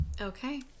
Okay